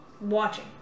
watching